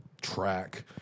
track